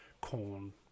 corn